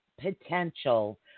potential